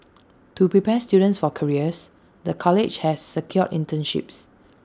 to prepare students for careers the college has secured internships